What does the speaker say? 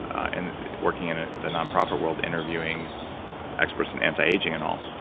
and working in ah the nonprofit world interviewing experts in anti-aging and all,